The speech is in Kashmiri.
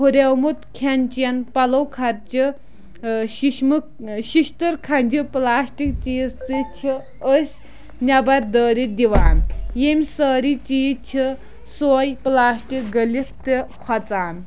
ہُریومُت کھٮ۪ن چٮ۪ن پَلو خرچہِ ششمہٕ ششتٕر کھنٛجہِ پٕلاسٹِک چیٖز تہِ چھِ أسۍ نٮ۪بر دٲرِتھ دِوان ییٚمہِ سٲری چیٖز چھِ سۄے پٕلاسٹِک گٔلِتھ تہِ کھۄژان